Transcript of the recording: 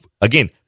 again